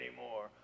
anymore